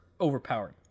overpowered